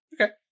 Okay